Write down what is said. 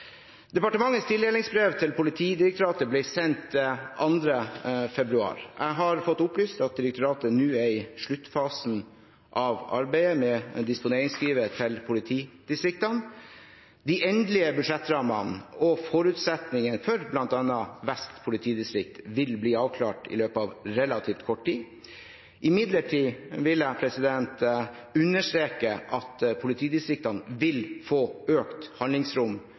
Departementets tildelingsbrev til Politidirektoratet ble sendt 2. februar. Jeg har fått opplyst at direktoratet nå er i sluttfasen av arbeidet med disponeringsskrivet til politidistriktene. De endelige budsjettrammene og forutsetningene for bl.a. Vest politidistrikt vil bli avklart i løpet av relativt kort tid. Jeg vil imidlertid understreke at politidistriktene vil få økt handlingsrom